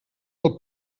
del